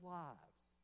lives